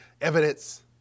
evidence